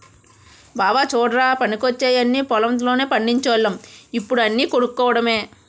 బావా చుడ్రా పనికొచ్చేయన్నీ పొలం లోనే పండిచోల్లం ఇప్పుడు అన్నీ కొనుక్కోడమే